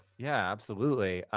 yeah, absolutely.